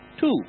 Two